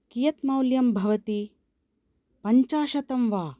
कियत् मौल्यं भवति पञ्चशतं वा